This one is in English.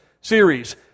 series